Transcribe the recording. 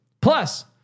Plus